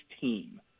team